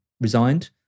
resigned